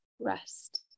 rest